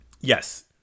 Yes